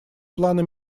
планы